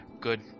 good